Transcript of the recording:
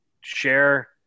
share